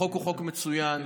החוק הוא חוק מצוין, היא